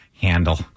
handle